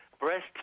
breast